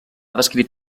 descrit